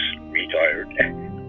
retired